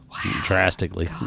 drastically